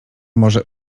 może